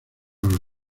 los